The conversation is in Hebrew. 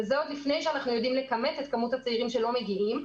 וזה עוד לפני שאנחנו יודעים לכמת את כמות הצעירים שלא מגיעים,